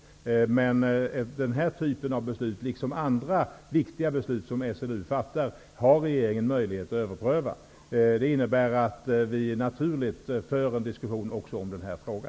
Men denna typ av beslut, liksom andra viktiga beslut som SLU fattar, har regeringen möjlighet att överpröva. Det innebär att vi naturligtvis för en diskussion också om denna fråga.